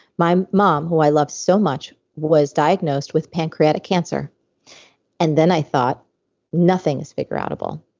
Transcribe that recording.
my mom, who i love so much, was diagnosed with pancreatic cancer and then i thought nothing is figureoutable.